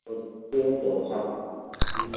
त्यही त हो सब